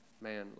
man